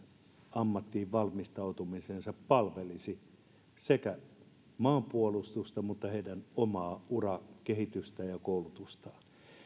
ammattiin valmistautumisensa palvelisi sekä maanpuolustusta että heidän omaa urakehitystään ja koulutustaan